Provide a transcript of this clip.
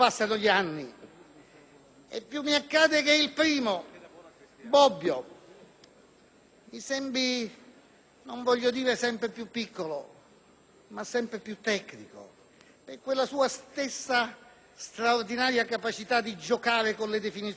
e più mi accade che il primo, Bobbio, mi sembri, non voglio dire sempre più piccolo, ma sempre più tecnico per quella sua stessa straordinaria capacità di giocare con le definizioni e le dottrine;